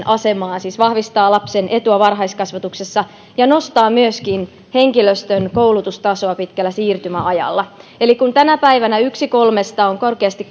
asemaa siis vahvistaa lapsen etua varhaiskasvatuksessa ja nostaa myöskin henkilöstön koulutustasoa pitkällä siirtymäajalla eli kun tänä päivänä yksi kolmesta on korkeasti